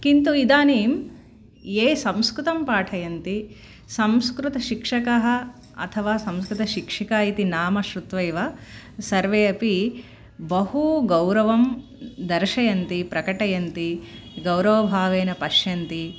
किन्तु इदानीं ये संस्कृतं पाठयन्ति संस्कृत शिक्षकाः अथवा संस्कृत शिक्षिका इति नाम शृत्वा एव सर्वे अपि बहू गौरवं दर्शयन्ति प्रकटयन्ति गौरवभावेन पश्यन्ति